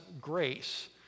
grace